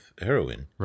heroin